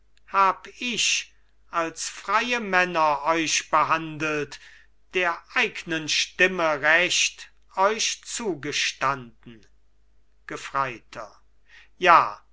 hab ich als freie männer euch behandelt der eignen stimme recht euch zugestanden gefreiter ja